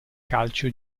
calcio